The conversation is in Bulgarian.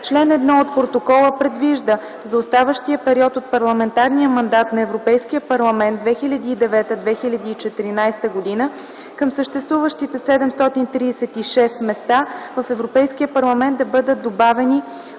Член 1 от Протокола предвижда за оставащия период от парламентарния мандат на Европейския парламент (2009-2014 г.) към съществуващите 736 места в Европейския парламент да бъдат добавени